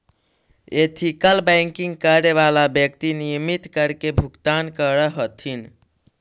ethical banking करे वाला व्यक्ति नियमित कर के भुगतान करऽ हथिन